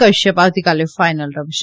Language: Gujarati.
કશ્યપ આવતીકાલે ફાઈનલ રમશે